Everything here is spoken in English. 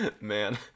Man